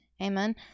Amen